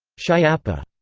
schiappa